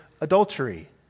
adultery